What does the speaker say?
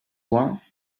one